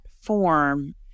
form